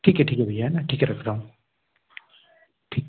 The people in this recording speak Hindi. ठीक है ठीक है भैया है ना ठीक है रख रहा हूँ ठीक